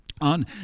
on